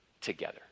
together